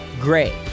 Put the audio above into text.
Gray